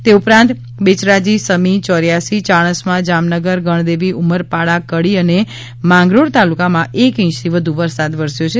તે ઉપરાંત બેચરાજી સમી ચોર્યાસી ચાણસ્મા જામનગર ગણદેવી ઉમરપાડા કડી અને માંગરોળ તાલુકામાં એક ઇંચથી વધુ વરસાદ વરસ્યો છે